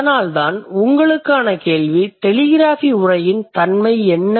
அதனால்தான் உங்களுக்கான கேள்வி டெலிகிராஃபி உரையின் தன்மை என்ன